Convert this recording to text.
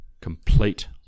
complete